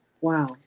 Wow